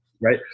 Right